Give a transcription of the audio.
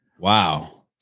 Wow